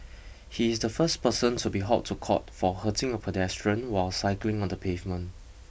he is the first person to be hauled to court for hurting a pedestrian while cycling on the pavement